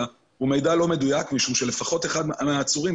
הוא מידע לא מדויק משום שלפחות אחד מהעצורים,